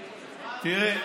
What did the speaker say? תראה,